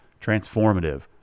Transformative